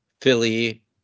philly